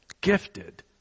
gifted